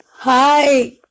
Hi